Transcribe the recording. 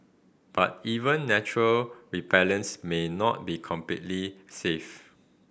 but even natural repellents may not be completely safe